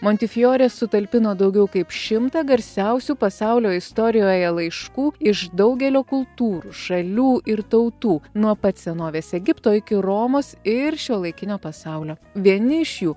montifjorė sutalpino daugiau kaip šimtą garsiausių pasaulio istorijoje laiškų iš daugelio kultūrų šalių ir tautų nuo pat senovės egipto iki romos ir šiuolaikinio pasaulio vieni iš jų